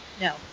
No